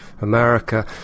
America